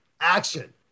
action